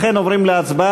לכן, עוברים להצבעה.